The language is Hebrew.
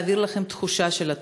להעביר לכם את התחושה של התושבים.